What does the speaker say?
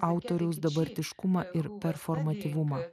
autoriaus dabartiškumą ir performatyvumą